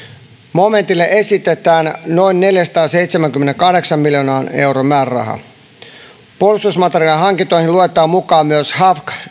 momentille esitetään noin neljänsadanseitsemänkymmenenkahdeksan miljoonan euron määräraha puolustusmateriaalihankintoihin luetaan mukaan myös hawk